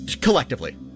Collectively